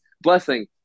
blessing